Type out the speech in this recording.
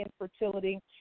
infertility